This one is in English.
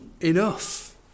enough